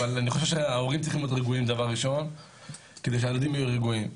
אבל אני חושב שההורים צריכים להיות רגועים כדי שהילדים יהיו רגועים.